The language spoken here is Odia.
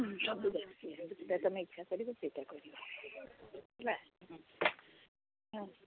ହୁଁ ସବୁ ତୁମେ ଇଚ୍ଛା କରିବ ସେଇଟା କରିବା ହେଲା ହୁଁ ହଁ